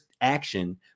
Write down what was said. action